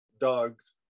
dogs